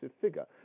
figure